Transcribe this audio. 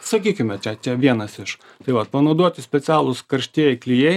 sakykime čia čia vienas iš tai vat panaudoti specialūs karštieji klijai